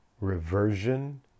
reversion